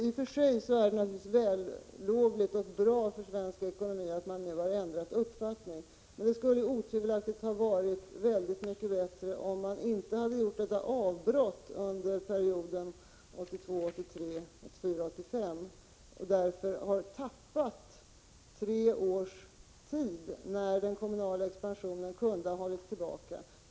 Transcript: I och för sig är det naturligtvis vällovligt och bra för svensk ekonomi att socialdemokraterna nu har ändrat uppfattning, men det skulle otvivelaktigt ha varit väldigt mycket bättre om man inte hade gjort detta avbrott under perioden 1982 1985 och därmed tappat tre års tid, när den kommunala expansionen kunde ha hållits tillbaka.